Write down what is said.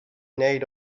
need